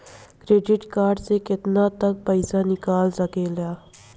Credit card से केतना तक पइसा निकाल सकिले?